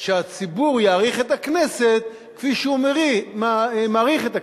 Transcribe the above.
שהציבור יעריך את הכנסת כפי שהוא מעריך את הכנסת.